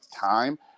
time